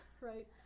right